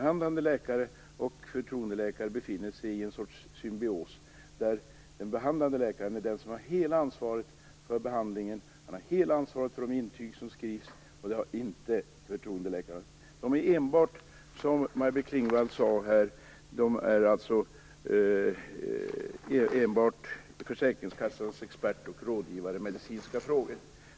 Behandlande läkare och förtroendeläkare befinner sig i en sorts symbios där den behandlande läkaren är den som har hela ansvaret för behandlingen och för de intyg som skrivs. Det har inte förtroendeläkaren. Förtroendeläkaren är, som Maj-Inger Klingvall sade, enbart försäkringskassans expert och rådgivare i medicinska frågor.